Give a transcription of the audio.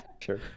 sure